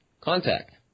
contact